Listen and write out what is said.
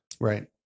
Right